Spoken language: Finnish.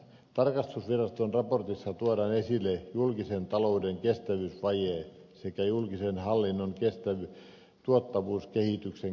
tarkastusviraston raportissa tuodaan esille julkisen talouden kestävyysvaje sekä julkisen hallinnon tuottavuuskehityksen kehnous